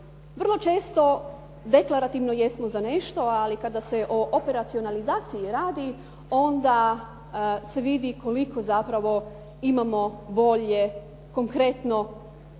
Vrlo često deklarativno jesmo za nešto ali kada se o operacionalizaciji radi onda se vidi koliko zapravo imamo volje konkretno